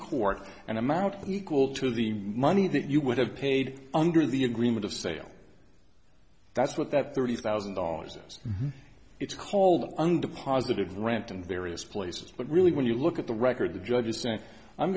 court and amount in equal to the money that you would have paid under the agreement of sale that's what that thirty thousand dollars yes it's called undeposited rent in various places but really when you look at the record the judge is saying i'm